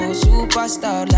superstar